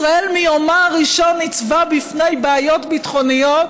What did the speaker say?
ישראל מיומה הראשון ניצבה בפני בעיות ביטחוניות,